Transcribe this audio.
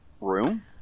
room